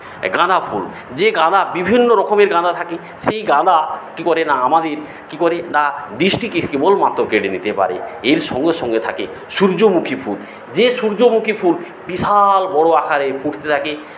গাঁদা ফুল যে গাঁদা বিভিন্ন রকমের গাঁদা থাকে সেই গাঁদা কি করে না আমাদের কি করে না দৃষ্টিকে কেবলমাত্র কেড়ে নিতে পারে এর সঙ্গে সঙ্গে থাকে সূর্যমুখী ফুল যে সূর্যমুখী ফুল বিশাল বড় আকারের ফুটতে থাকে